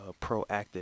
proactive